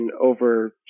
over